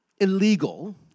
illegal